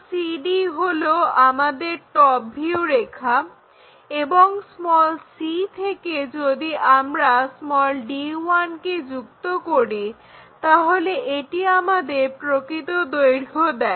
cd হলো আমাদের top view রেখা এবং c থেকে যদি আমরা d1 কে যুক্ত করি তাহলে এটি আমাদেরকে প্রকৃত দৈর্ঘ্য দেয়